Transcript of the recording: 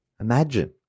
Imagine